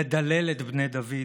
לדלל את בני הדוד"